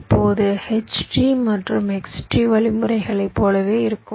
இப்போது H tree மற்றும் X tree வழிமுறைகளைப் போலவே இருக்கும்